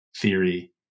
theory